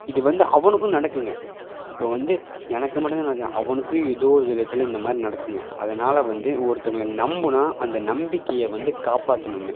இது வந்து அவனுக்கும் நடக்குங்க இப்போ வந்து எனக்கு மட்டும்தான் நடக்குதான் அவனுக்கும் ஏதோ ஒரு விதத்தில் இந்த மாதிரி நடக்குங்க அதனால் வந்து ஒருத்தங்களை நம்பினா அந்த நம்பிக்கையை வந்து காப்பாற்றணுங்க